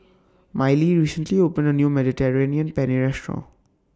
Mylee recently opened A New Mediterranean Penne Restaurant